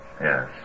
Yes